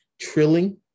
Trilling